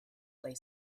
lay